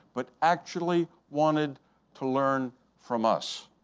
but actually wanted to learn from us.